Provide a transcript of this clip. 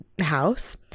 house